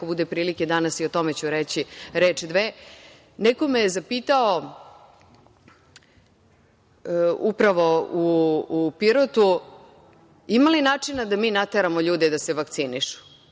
ako bude prilike danas i o tome ću reći reč, dve. Neko me je zapitao, upravo u Pirotu, ima li načina da mi nateramo ljude da se vakcinišu?